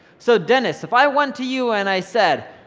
so dennis, if i went to you and i said,